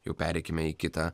jau pereikime į kitą